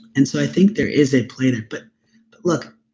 and so i think there is a play there, but look,